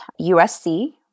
USC